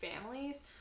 families